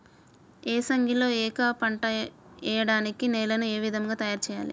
ఏసంగిలో ఏక పంటగ వెయడానికి నేలను ఏ విధముగా తయారుచేయాలి?